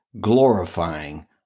glorifying